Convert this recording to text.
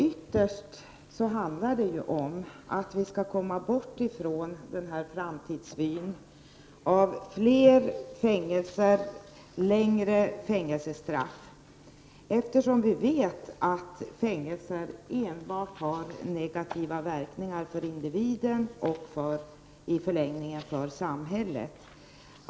Ytterst handlar det om att komma bort från framtidsvyn av fler fängelser och längre fängelsestraff, eftersom vi vet att fängelsestraff har enbart negativa verkningar för invidividen och i förlängningen även för samhället.